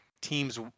teams